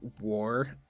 war